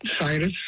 scientists